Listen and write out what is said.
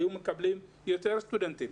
היו מתקבלים יותר סטודנטים.